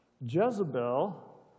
Jezebel